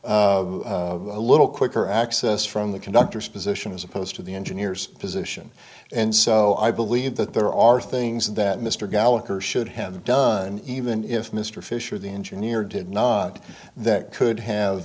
a little quicker access from the conductors position as opposed to the engineers position and so i believe that there are things that mr gallacher should have done even if mr fischer the engineer did not that could have